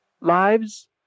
lives